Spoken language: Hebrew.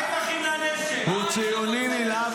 מה עם אחים לנשק --- הוא ציוני נלהב